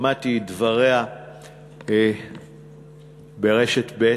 שמעתי את דבריה ברשת ב'.